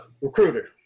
Recruiter